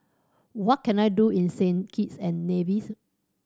what can I do in Saint Kitts and Nevis